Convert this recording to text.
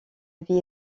vie